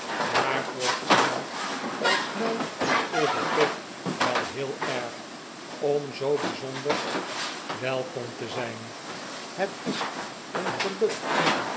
maar voor iemand als mij is het toch wel heel erg om zoo bijzonder welkom te zijn het is een geluk